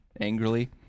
angrily